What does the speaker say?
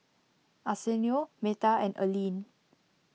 Arsenio Meta and Alleen